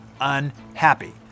unhappy